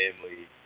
family